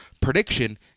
prediction